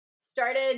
started